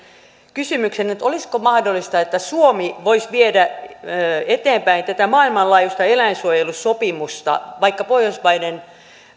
kysymyksen olisiko mahdollista että suomi voisi viedä eteenpäin tätä maailmanlaajuista eläinsuojelusopimusta vaikka pohjoismaiden